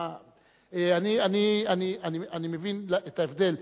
אני מבין את ההבדל.